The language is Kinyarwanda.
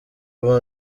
ubu